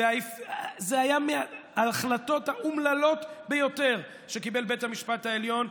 זו הייתה מההחלטות האומללות ביותר שקיבל בית המשפט העליון.